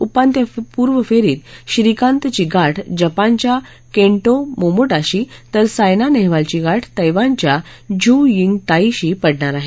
उपांत्यपूर्व फेरीत श्रीकांतची गाठ जपानच्या केंटो मोमोटाशी तर सायना नेहवालची गाठ तैवानच्या झू यिंग ताईशी पडणार आहे